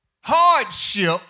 hardship